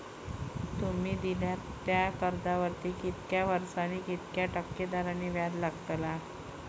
तुमि दिल्यात त्या कर्जावरती कितक्या वर्सानी कितक्या टक्के दराने व्याज लागतला?